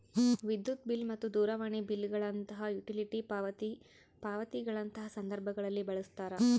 ವಿದ್ಯುತ್ ಬಿಲ್ ಮತ್ತು ದೂರವಾಣಿ ಬಿಲ್ ಗಳಂತಹ ಯುಟಿಲಿಟಿ ಪಾವತಿ ಪಾವತಿಗಳಂತಹ ಸಂದರ್ಭದಲ್ಲಿ ಬಳಸ್ತಾರ